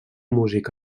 músic